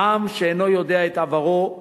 "עם שאינו יודע את עברו,